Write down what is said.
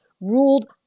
ruled